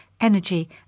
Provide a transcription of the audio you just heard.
energy